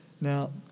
Now